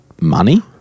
money